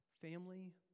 family